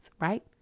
right